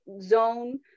zone